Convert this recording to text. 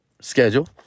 schedule